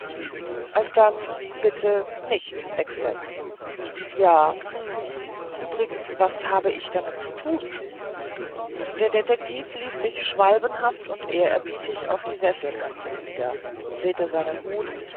alsdann bitte nicht exlenz ja hm übrigens was habe ich damit zu tun der detektiv ließ sich schwalbenhaft und ehrerbietig auf die sesselkante nieder drehte seinen hut